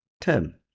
term